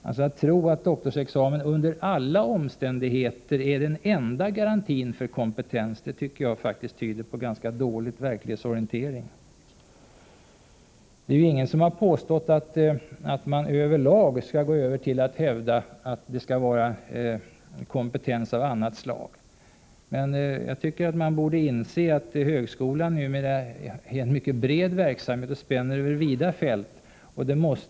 Att tro att doktorsexamen under alla omständigheter är den enda garantin för kompetens tyder på ganska dålig verklighetsorientering. Ingen har påstått att man över lag skall gå över till att hävda att det skall vara kompetens av annat slag. Jag tycker att man borde inse att högskolan numera är en mycket bred verksamhet och spänner över vida fält.